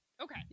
Okay